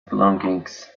belongings